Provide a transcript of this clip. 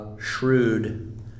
Shrewd